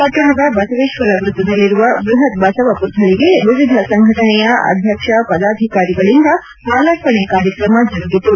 ಪಟ್ಟಣದ ಬಸವೇಶ್ವರ ವೃತ್ತದಲ್ಲಿರುವ ಬೃಹತ್ ಬಸವ ಪುತ್ಥಳಿಗೆ ವಿವಿಧ ಸಂಘಟನೆಯ ಅಧ್ಯಕ್ಷ ಪದಾಧಿಕಾರಿಗಳಿಂದ ಮಾಲಾರ್ಪಣೆ ಕಾರ್ಯಕ್ರಮ ಜರುಗಿತು